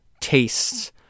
tastes